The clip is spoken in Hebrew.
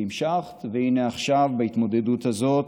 והמשכת, והינה, עכשיו, בהתמודדות הזאת,